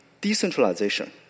decentralization